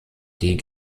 die